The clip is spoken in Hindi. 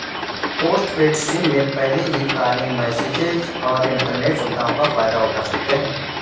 पोस्टपेड सिम में पहले ही कॉलिंग, मैसेजस और इन्टरनेट सुविधाओं का फायदा उठा सकते हैं